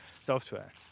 software